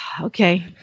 Okay